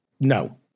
No